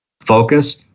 focus